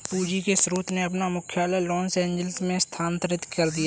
पूंजी के स्रोत ने अपना मुख्यालय लॉस एंजिल्स में स्थानांतरित कर दिया